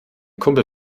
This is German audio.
kumpel